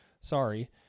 Sorry